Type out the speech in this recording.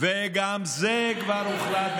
גם זה כבר הוחלט.